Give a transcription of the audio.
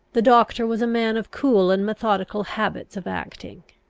the doctor was a man of cool and methodical habits of acting.